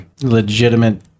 legitimate